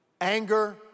anger